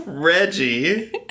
Reggie